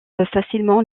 facilement